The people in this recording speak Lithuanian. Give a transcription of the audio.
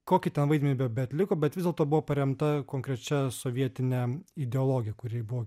kokį ten vaidmenį be beatliko bet vis dėlto buvo paremta konkrečia sovietine ideologija kuri buvo